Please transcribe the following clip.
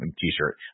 t-shirt